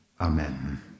Amen